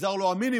ונגזר לו המינימום,